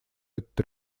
этот